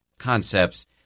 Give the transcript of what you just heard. concepts